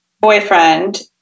boyfriend